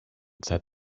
said